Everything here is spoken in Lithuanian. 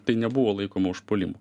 tai nebuvo laikoma užpuolimu